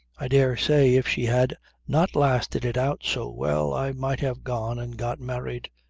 i dare say if she had not lasted it out so well i might have gone and got married.